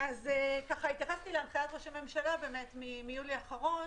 התייחסתי להנחיית ראש הממשלה מיולי האחרון,